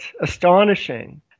astonishing